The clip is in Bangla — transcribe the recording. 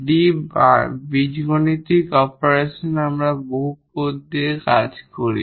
D অ্যালজেবরিক অপারেশন আমরা পলিনোমিয়াল দিয়ে করি